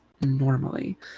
normally